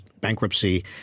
bankruptcy